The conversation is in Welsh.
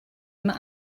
mae